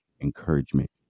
encouragement